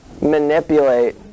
manipulate